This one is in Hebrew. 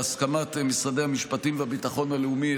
בהסכמת משרדי המשפטים והביטחון הלאומי,